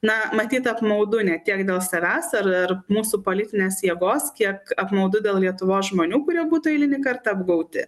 na matyt apmaudu ne tiek dėl savęs ar ar mūsų politinės jėgos kiek apmaudu dėl lietuvos žmonių kurie būtų eilinį kartą apgauti